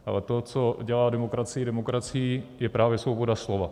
Ale to, co dělá demokracii demokracií, je právě svoboda slova.